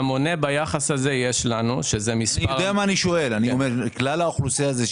מדבר על כלל האוכלוסייה,